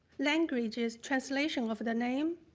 languages, translation of the name,